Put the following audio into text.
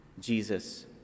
Jesus